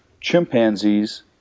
chimpanzees